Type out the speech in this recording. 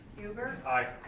huber. aye.